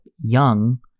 young